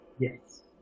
yes